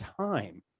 time